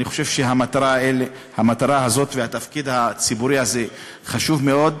אני חושב שהמטרה הזאת והתפקיד הציבורי הזה חשובים מאוד.